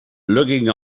looking